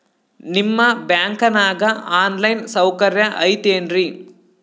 ನಿಮ್ಮ ಬ್ಯಾಂಕನಾಗ online ಸೌಕರ್ಯ ಐತೇನ್ರಿ?